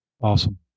Awesome